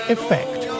Effect